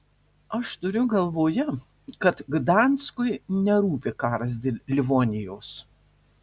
aš turiu galvoje kad gdanskui nerūpi karas dėl livonijos